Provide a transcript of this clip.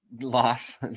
Loss